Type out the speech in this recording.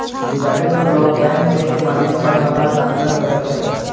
जादेतर लोग bank cheque के माध्यम सं धन हस्तांतरण करै छै